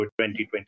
2020